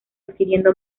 adquiriendo